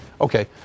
okay